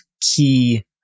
key